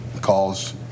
calls